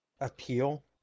appeal